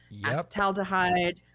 acetaldehyde